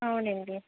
అవునండి